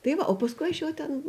tai va o paskui aš jau ten